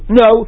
no